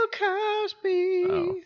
Cosby